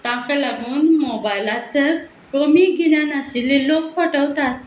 ताका लागून मोबायलाचें कमी गिन्यान आशिल्ले लोक फटवतात